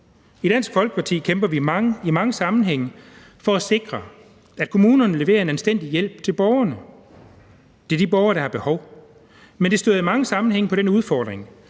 kæmper vi i mange sammenhænge for at sikre, at kommunerne leverer en anstændig hjælp til borgerne; til de borgere, der har behov. Men det støder i mange sammenhænge på den udfordring,